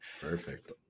perfect